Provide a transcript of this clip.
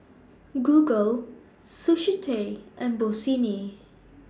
Google Sushi Tei and Bossini